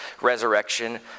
resurrection